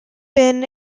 been